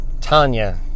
Tanya